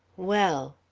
well.